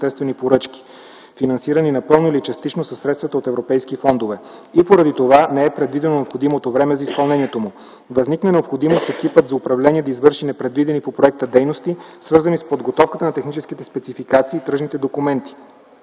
управление да извърши непредвидени по проекта дейности, свързани с подготовката на техническите спецификации и тръжните документи.